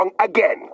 Again